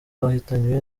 bahitanywe